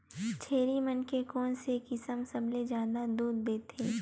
छेरी मन के कोन से किसम सबले जादा दूध देथे?